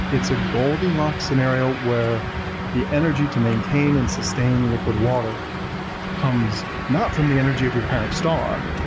it's a goldilocks scenario where the energy to maintain and sustain liquid water comes not from the energy of your parent star,